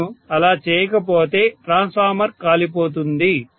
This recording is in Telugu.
నేను అలా చేయకపోతే ట్రాన్స్ఫార్మర్ కాలిపోతుంది